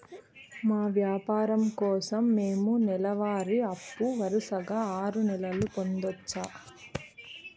మా వ్యాపారం కోసం మేము నెల వారి అప్పు వరుసగా ఆరు నెలలు పొందొచ్చా?